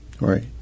Right